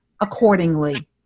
accordingly